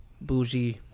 Bougie